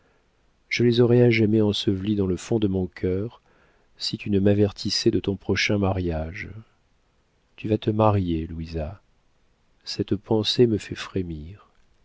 je les aurais à jamais ensevelis dans le fond de mon cœur si tu ne m'avertissais de ton prochain mariage tu vas te marier louisa cette pensée me fait frémir